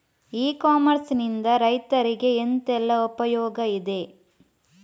E commerce ನಿಂದ ರೈತರಿಗೆ ಎಂತೆಲ್ಲ ಉಪಯೋಗ ಇದೆ?